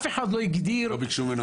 לא ביקשו ממנו